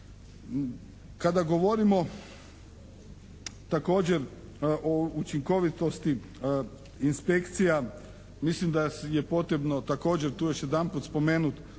Kada govorimo također o učinkovitosti inspekcija mislim da je potrebno također tu još jedanput spomenuti